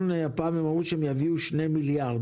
הפעם הם אמרו שהם יביאו שני מיליארד,